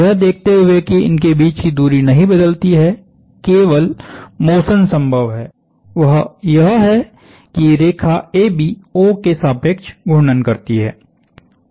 यह देखते हुए कि इनके बीच की दूरी नहीं बदलती है केवल मोशन संभव हैवह यह है कि रेखा AB O के सापेक्ष घूर्णन करती है